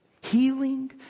Healing